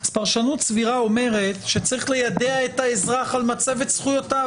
אז פרשנות סבירה אומרת שצריך ליידע את האזרח על מצבת זכויות.